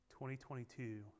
2022